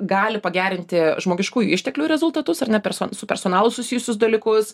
gali pagerinti žmogiškųjų išteklių rezultatus ar ne pers su personalu susijusius dalykus